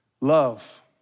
Love